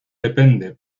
depende